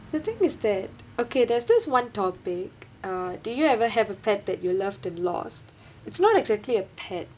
the thing is that okay there's this one topic uh do you ever have a pet that you love and lost it's not exactly a pet